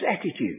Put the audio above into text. attitude